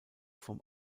vom